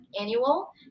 annual